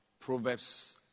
Proverbs